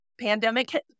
pandemic